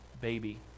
baby